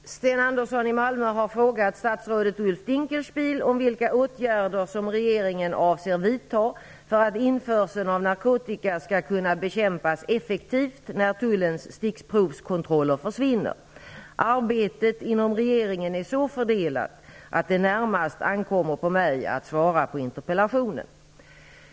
Fru talman! Sten Andersson i Malmö har frågat statsrådet Ulf Dinkelspiel om vilka åtgärder som regeringen avser vidta för att införseln av narkotika skall kunna bekämpas effektivt när Tullens stickprovskontroller försvinner. Arbetet inom regeringen är så fördelat att det närmast ankommer på mig att svara på interpellationen.